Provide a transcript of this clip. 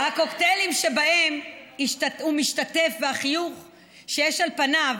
הקוקטיילים שבהם הוא משתתף והחיוך שיש על פניו